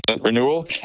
renewal